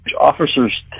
officers